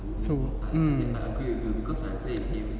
so um